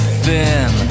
thin